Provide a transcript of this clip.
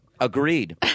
Agreed